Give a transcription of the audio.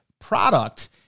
product